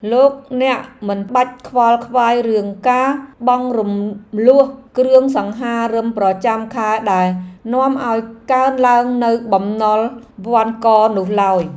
លោកអ្នកមិនបាច់ខ្វល់ខ្វាយរឿងការបង់រំលស់គ្រឿងសង្ហារិមប្រចាំខែដែលនាំឱ្យកើនឡើងនូវបំណុលវណ្ឌកនោះឡើយ។